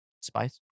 Spice